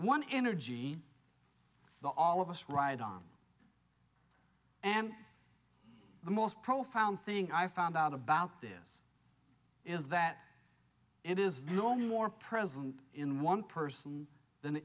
one energy the all of us ride on and the most profound thing i found out about this is that it is no more present in one person than it